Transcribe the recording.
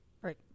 right